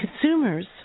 Consumers